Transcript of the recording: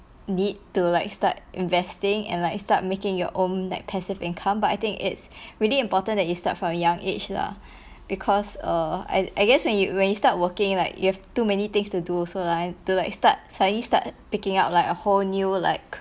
need to like start investing and like start making your own like passive income but I think it's really important that you start from a young age lah because err I I guess when you when you start working like you have too many things to do so like to like start suddenly start picking up like a whole new like